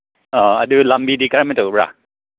ꯑꯣ ꯑꯗꯨ ꯂꯝꯕꯤꯗꯤ ꯀꯔꯝꯅ ꯇꯧꯕ꯭ꯔꯥ